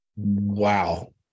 Wow